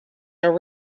are